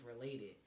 related